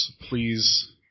please